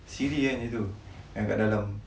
siri yang dia tu yang kat dalam